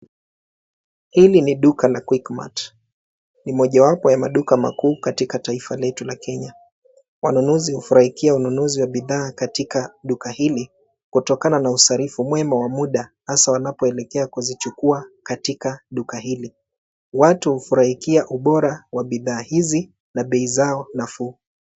Hili ni duka la Quickmart. Ni mojawapo ya maduka makuu katika taifa letu la Kenya. Wanunuzi hufurahikia ununuzi wa bidhaa katika duka hili kutokana na usarifu mwema wa muda hasa wanapoelekea kuzichukuwa katika duka hili. Watu hufurahikia ubora wa bidhaa hizi na bei zao nafuu.